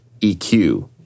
EQ